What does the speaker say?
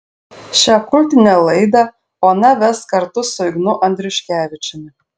šią kultinę laidą ona ves kartu su ignu andriukevičiumi